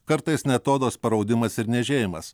kartais net odos paraudimas ir niežėjimas